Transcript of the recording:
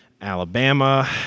Alabama